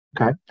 Okay